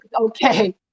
Okay